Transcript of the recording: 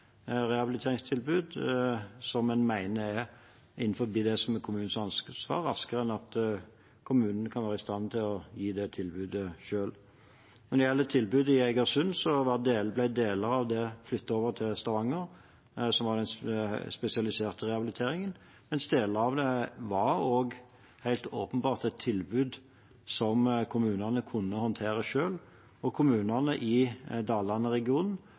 rehabiliteringstilbud som en mener er innenfor det som er kommunens ansvar, raskere enn at kommunen kan være i stand til å gi det tilbudet selv. Når det gjelder tilbudet i Egersund, ble deler av det flyttet over til Stavanger, den spesialiserte rehabiliteringen, mens deler av det helt åpenbart var et tilbud som kommunene kunne håndtere selv. Kommunene i